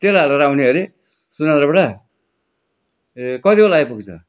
तेल हालेर आउने अरे सोनदाबाट ए कति बेला आइपुग्छ